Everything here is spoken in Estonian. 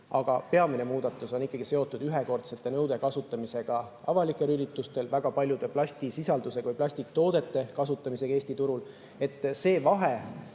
Aga peamine muudatus on seotud ühekordsete nõude kasutamisega avalikel üritustel, väga paljude plastisisaldusega või plastiktoodete kasutamisega Eesti turul. See vahe